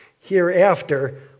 hereafter